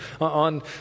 on